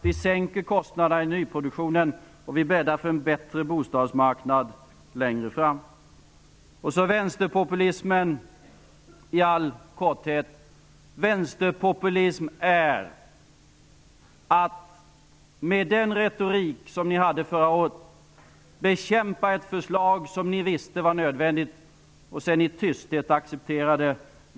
Vi sänker kostnaderna i nyproduktionen, och vi bäddar för en bättre bostadsmarknad längre fram. Vänsterpopulism är att med den retorik som ni uttryckte förra året bekämpa ett förslag som ni visste var nödvändigt och sedan i tysthet acceptera det.